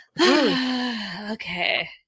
okay